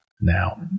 now